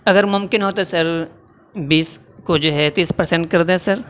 اگر ممکن ہو تو سر بیس کو جو ہے تیس پرسنٹ کر دیں سر